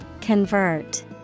Convert